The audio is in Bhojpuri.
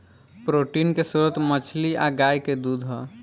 प्रोटीन के स्त्रोत मछली आ गाय के दूध ह